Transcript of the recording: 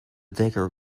dagger